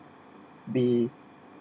be